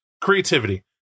creativity